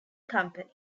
company